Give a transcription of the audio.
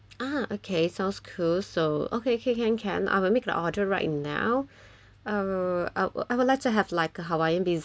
ah okay sounds cool so okay can can can I will make the order right now uh I I would like to have like a hawaiian